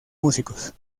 músicos